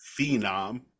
phenom